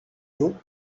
you